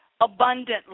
abundantly